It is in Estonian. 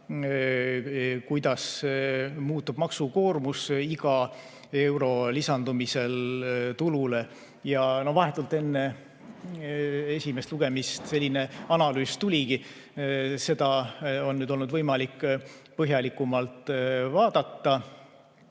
kuidas muutub maksukoormus iga euro lisandumisel tulule. Vahetult enne esimest lugemist selline analüüs tuligi. Seda on nüüd olnud võimalik põhjalikumalt vaadata.